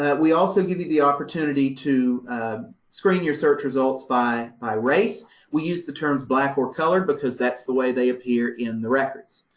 ah we also give you the opportunity to screen your search results by by race. we use the terms black or colored, because that's the way they appear in the records.